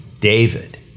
David